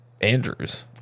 Andrews